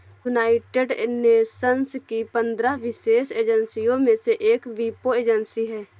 United Nations की पंद्रह विशेष एजेंसियों में से एक वीपो एजेंसी है